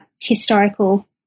historical